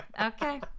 okay